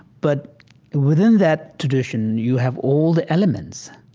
but within that tradition, you have all the elements.